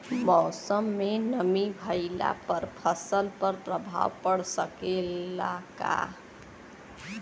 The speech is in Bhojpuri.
मौसम में नमी भइला पर फसल पर प्रभाव पड़ सकेला का?